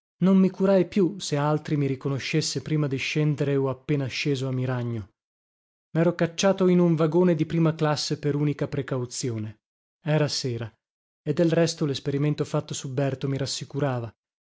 non mi curai più se altri mi riconoscesse prima di scendere o appena sceso a miragno mero cacciato in un vagone di prima classe per unica precauzione era sera e del resto lesperimento fatto su berto mi rassicurava